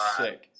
sick